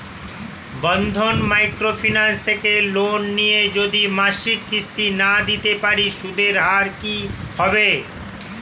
বন্ধন micro finance থেকে loan নিয়ে যদি মাসিক কিস্তি না দিতে পারি সুদের হার কি হবে?